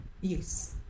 Yes